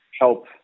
help